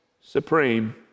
supreme